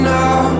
now